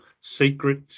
secret